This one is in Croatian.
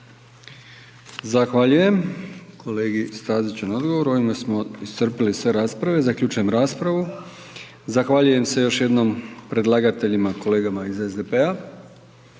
Zahvaljujem kolegi Staziću na odgovoru. Ovime smo iscrpili sve rasprave. Zaključujem raspravu. Zahvaljujem se još jednom predlagateljima kolegama iz SDP-a